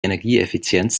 energieeffizienz